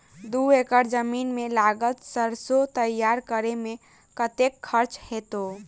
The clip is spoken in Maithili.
दू एकड़ जमीन मे लागल सैरसो तैयार करै मे कतेक खर्च हेतै?